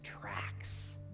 tracks